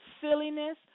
silliness